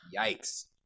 yikes